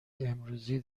امروزی